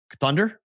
thunder